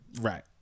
Right